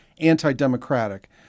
anti-democratic